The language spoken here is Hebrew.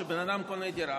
שבן אדם קונה דירה,